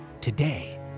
Today